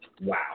wow